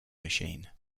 machine